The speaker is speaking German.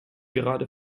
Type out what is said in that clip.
gerade